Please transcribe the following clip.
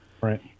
Right